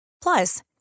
Plus